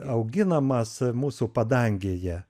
auginamas mūsų padangėje